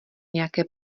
nějaké